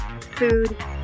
food